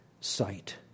sight